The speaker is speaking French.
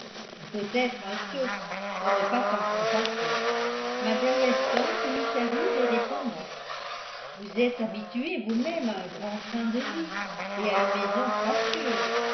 il faut être un sot pour ne pas s'en contenter mme weston se mit à rire et répondit vous êtes habitué vous-même à un grand train de vie et à une maison spacieuse